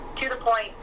to-the-point